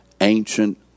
ancient